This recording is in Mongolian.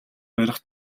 барих